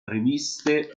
riviste